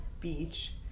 beach